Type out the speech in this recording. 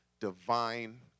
divine